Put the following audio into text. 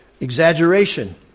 Exaggeration